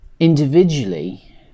individually